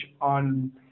on